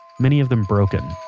many of them broken.